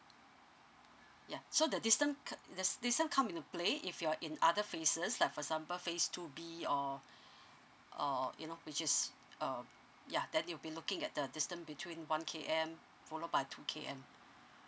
ya so the distance co~ the s~ distance come into play if you're in other phases like for example phase two B or or you know which is um yeah then you'll be looking at the distance between one K_M followed by two K_M